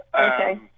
Okay